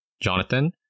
Jonathan